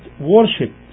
worship